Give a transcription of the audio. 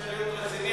אתה רוצה להיות רציני?